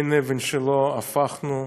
אין אבן שלא הפכנו,